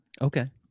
Okay